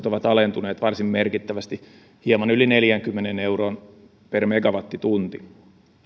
ovat alentuneet varsin merkittävästi hieman yli neljäänkymmeneen euroon per megawattitunti